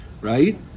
Right